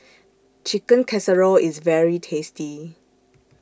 Chicken Casserole IS very tasty